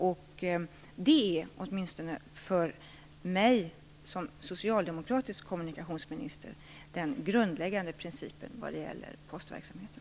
Det är, åtminstone för mig som socialdemokratisk kommunikationsminister, den grundläggande principen för postverksamheten.